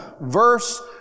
verse